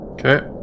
Okay